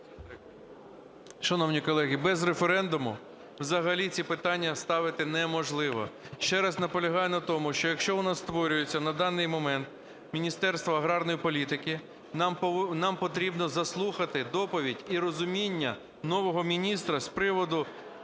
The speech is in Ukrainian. Шановні колеги, без референдуму взагалі ці питання ставити неможливо. Ще раз наполягаю на тому, що якщо у нас створюється на даний момент Міністерство аграрної політики, нам потрібно заслухати доповідь і розуміння нового міністра з приводу